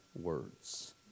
words